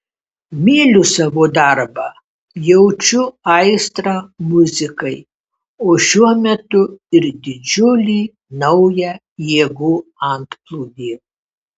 myliu savo darbą jaučiu aistrą muzikai o šiuo metu ir didžiulį naują jėgų antplūdį